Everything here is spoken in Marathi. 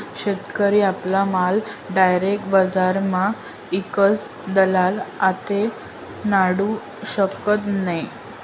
शेतकरी आपला माल डायरेक बजारमा ईकस दलाल आते नाडू शकत नै